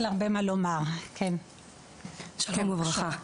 שלום וברכה.